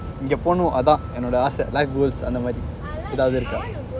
இங்க போனும் அதான் என்னோட ஆச:inga ponum athaan ennoda asa